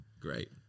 Great